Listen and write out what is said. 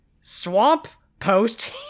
swamp-post